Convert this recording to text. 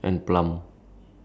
then ya same